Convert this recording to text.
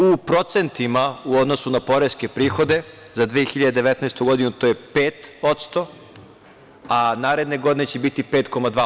U procentima, u odnosu na poreske prihode za 2019. godinu, to je 5%, a naredne godine će biti 5,2%